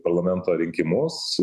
parlamento rinkimus